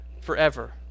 forever